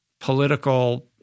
political